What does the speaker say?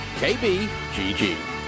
KBGG